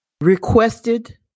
requested